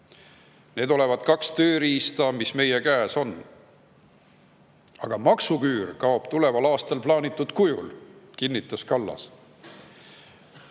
Need olevat kaks tööriista, mis meie käes on. Aga maksuküür kaob tuleval aastal plaanitud kujul, kinnitas Kallas.